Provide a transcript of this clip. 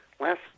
last